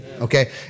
Okay